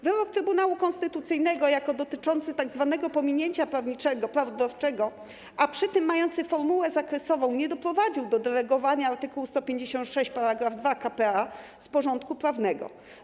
Wyrok Trybunału Konstytucyjnego, jako dotyczący tzw. pominięcia prawodawczego, a przy tym mający formułę zakresową, nie doprowadził do delegowania art. 156 § 2 k.p.a. z porządku prawnego.